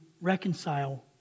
reconcile